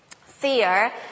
Fear